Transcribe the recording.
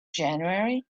january